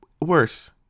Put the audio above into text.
Worse